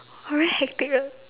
!wah! very hectic ah